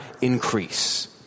increase